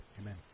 Amen